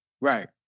Right